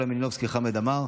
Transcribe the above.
יוליה מלינובסקי וחמד עמאר,